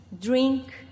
drink